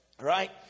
right